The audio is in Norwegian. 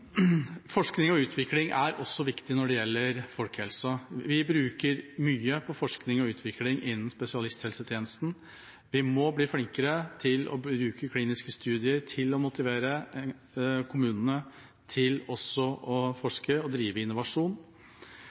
Forskning og utvikling er også viktig når det gjelder folkehelsa. Vi bruker mye på forskning og utvikling innen spesialisthelsetjenesten. Vi må bli flinkere til å bruke kliniske studier til å motivere kommunene til også å forske og drive innovasjon.